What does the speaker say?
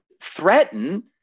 threaten